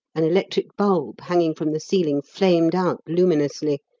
an electric bulb hanging from the ceiling flamed out luminously,